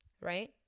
Right